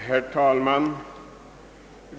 Herr talman!